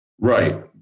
Right